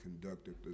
conducted